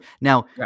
Now